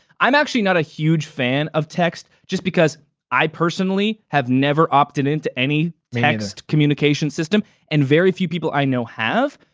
i'm actually not a huge fan of text. just because i personally have never opted-in to any text communication system and very few people i know have.